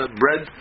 bread